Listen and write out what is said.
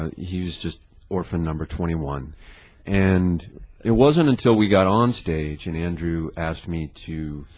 he's just orphan number twenty one and it wasn't until we got on stage in andrew asked me to